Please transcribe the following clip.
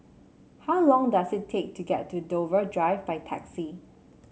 how long does it take to get to Dover Drive by taxi